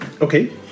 Okay